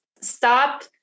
stop